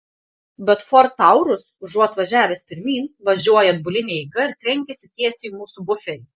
bet ford taurus užuot važiavęs pirmyn važiuoja atbuline eiga ir trenkiasi tiesiai į mūsų buferį